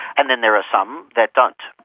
and then there are some that don't.